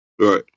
Right